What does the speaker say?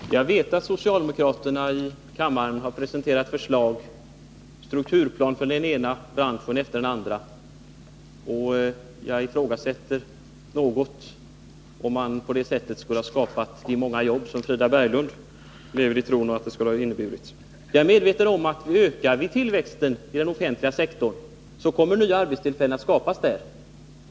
Herr talman! Jag vet att socialdemokraterna i kammaren har presenterat strukturplaner för den ena branschen efter den andra, och jag ifrågasätter något om man på det sättet skulle ha kunnat skapa så många jobb, även om Frida Berglund lever i den tron. Jag är medveten om att ökar vi tillväxten i den offentliga sektorn så kommer nya arbetstillfällen att skapas.